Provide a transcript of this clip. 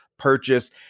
Purchase